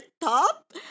top